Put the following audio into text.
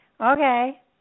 Okay